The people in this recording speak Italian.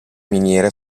miniere